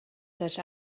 such